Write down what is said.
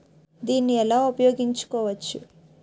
దీన్ని ఎలా ఉపయోగించు కోవచ్చు?